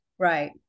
Right